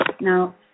Now